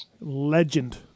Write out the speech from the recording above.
Legend